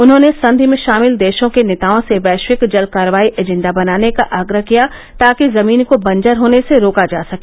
उन्होंने संधि में शामिल देशों को नेताओं से वैश्विक जल कार्रवाई एजेंडा बनाने का आग्रह किया ताकि जमीन को बंजर होने से रोका जा सके